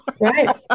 Right